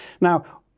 Now